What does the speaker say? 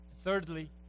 Thirdly